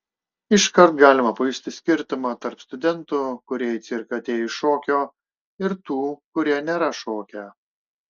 iškart galima pajusti skirtumą tarp studentų kurie į cirką atėjo iš šokio ir tų kurie nėra šokę